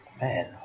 Man